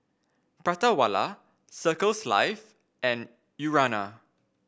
Prata Wala Circles Life and Urana